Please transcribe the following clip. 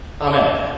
Amen